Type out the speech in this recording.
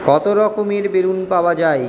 কত রকমের বেলুন পাওয়া যায়